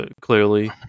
clearly